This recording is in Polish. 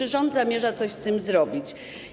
Czy rząd zamierza coś z tym zrobić?